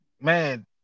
man